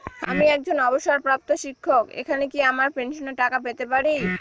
আমি একজন অবসরপ্রাপ্ত শিক্ষক এখানে কি আমার পেনশনের টাকা পেতে পারি?